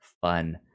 fun